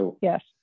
Yes